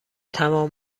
تمام